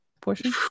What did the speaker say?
portion